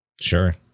Sure